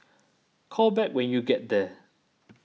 call back when you get there